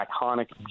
iconic